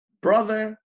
brother